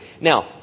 Now